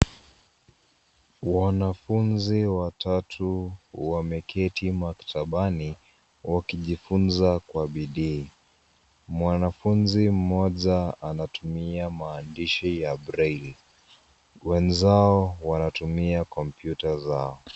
Wanafunzi watatu wameketi maktabani wakijifunza kwa bidii. Mwanafunzi mmoja anatumia maandishi ya braille . Wenzao wanatumia kompyuta zao.